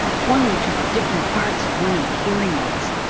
pointing to the different parts of one of the hearing aids.